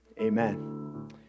amen